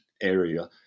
area